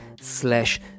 slash